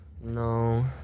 No